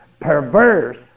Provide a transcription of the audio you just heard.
perverse